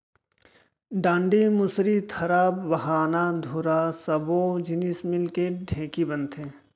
डांड़ी, मुसरी, थरा, बाहना, धुरा सब्बो जिनिस मिलके ढेंकी बनथे